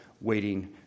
waiting